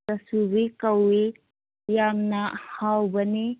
ꯆꯥꯁꯨꯕꯤ ꯀꯧꯏ ꯌꯥꯝꯅ ꯍꯥꯎꯕꯅꯤ